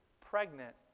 pregnant